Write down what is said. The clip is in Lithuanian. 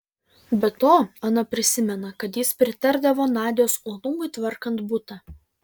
be to ana prisimena kad jis pritardavo nadios uolumui tvarkant butą